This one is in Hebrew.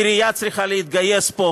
העירייה צריכה להתגייס פה